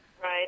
Right